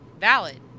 valid